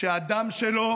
שהדם שלו